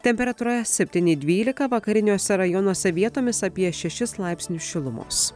temperatūra septyni dvylika vakariniuose rajonuose vietomis apie šešis laipsnius šilumos